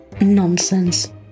nonsense